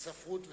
ספרות ותרבות.